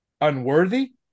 unworthy